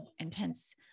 intense